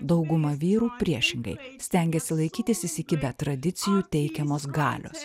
dauguma vyrų priešingai stengiasi laikytis įsikibę tradicijų teikiamos galios